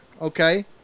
Okay